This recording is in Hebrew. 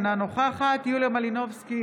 אינה נוכחת יוליה מלינובסקי,